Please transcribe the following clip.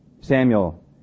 Samuel